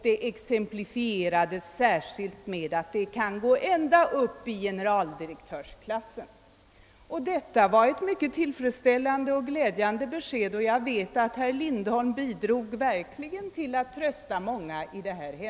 Detta exemplifierades särskilt med att de kan förekomma ända upp i generaldirektörsklassen. Det var ett mycket tillfredsställande och glädjande besked, och jag vet att herr Lindholm bidrog till att trösta många.